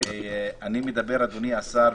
אדוני השר,